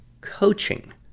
coaching